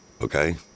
okay